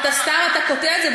סתם אתה קוטע את זה,